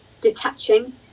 Detaching